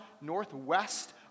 northwest